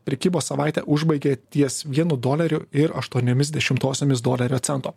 prekybos savaitę užbaigė ties vienu doleriu ir aštuoniomis dešimtosiomis dolerio cento